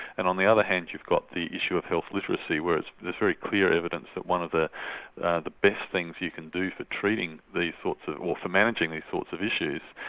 and on the other hand you've got the issue of health literacy, where there's very clear evidence that one of the the best things you can do for treating these sorts, or for managing these sorts of issues,